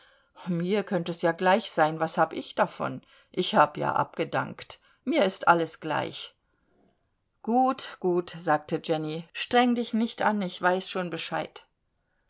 mir könnt es ja gleich sein was hab ich davon ich hab ja abgedankt mir ist alles gleich gut gut sagte jenny streng dich nicht an ich weiß schon bescheid